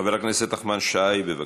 חבר הכנסת נחמן שי, בבקשה.